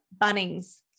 Bunnings